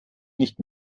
nicht